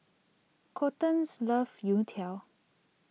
Colten's loves Youtiao